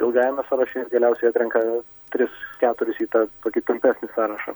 ilgajame sąraše ir galiausiai atrenka tris keturis į tą tokį trumpesnį sąrašą